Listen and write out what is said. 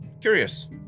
Curious